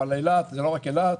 אבל אילת זו לא רק אילת,